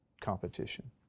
competition